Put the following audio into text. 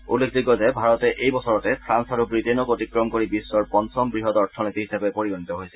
উল্লেখযোগ্য যে ভাৰতে এই বছৰতে ফ্ৰান্স আৰু ৱিটেইনক অতিক্ৰম কৰি বিশ্বৰ পঞ্চম বৃহৎ অথনীতি হিচাপে পৰিগণিত হৈছে